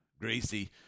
Gracie